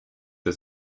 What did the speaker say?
was